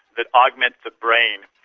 that augment the brain,